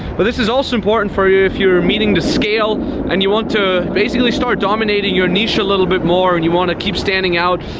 but this is also important for you if you're meeting the scale and you want to basically start dominating your niche a little bit more, and you want to keep standing out,